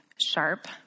sharp